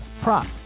prop